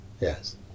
Yes